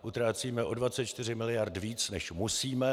Utrácíme o 24 mld. více, než musíme.